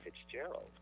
Fitzgerald